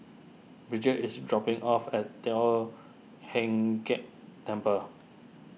Brigitte is dropping off at Teo Heng Keng Temple